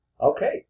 Okay